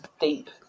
deep